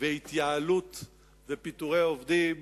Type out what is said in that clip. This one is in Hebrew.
ופיטורי עובדים